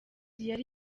yari